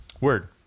word